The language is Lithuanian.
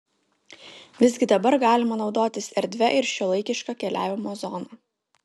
visgi dabar galima naudotis erdvia ir šiuolaikiška keliavimo zona